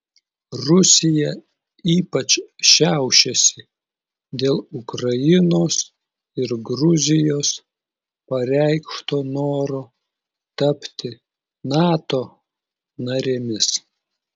rusija ypač šiaušiasi dėl ukrainos ir gruzijos pareikšto noro tapti nato narėmis